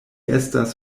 estas